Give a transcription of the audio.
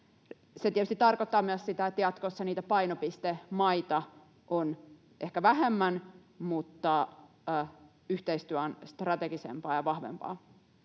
Se tietysti tarkoittaa myös sitä, että jatkossa niitä painopistemaita on ehkä vähemmän, mutta yhteistyö on strategisempaa ja vahvempaa.